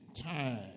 time